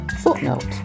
Footnote